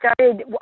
started